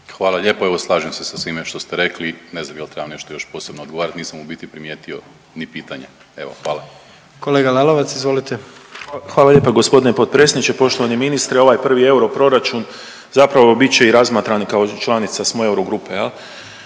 Hvala lijepo. Evo, slažem se sa svime što ste rekli, ne znam je li trebam nešto još posebno odgovarati, nisam u biti primijetio ni pitanje. Evo, hvala. **Jandroković, Gordan (HDZ)** Kolega Lalovac, izvolite. **Lalovac, Boris (SDP)** Hvala lijepo g. predsjedniče, poštovani ministre. Ovaj prvi euro proračun zapravo bit će razmatran i kao članica smo Eurogrupe,